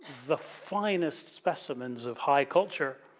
the finest specimens of high culture